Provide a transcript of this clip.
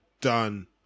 done